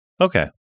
Okay